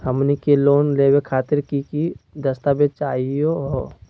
हमनी के लोन लेवे खातीर की की दस्तावेज चाहीयो हो?